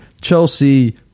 Chelsea